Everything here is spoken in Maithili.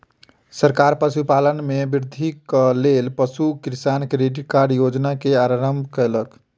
सरकार पशुपालन में वृद्धिक लेल पशु किसान क्रेडिट कार्ड योजना के आरम्भ कयलक